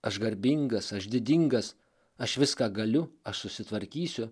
aš garbingas aš didingas aš viską galiu aš susitvarkysiu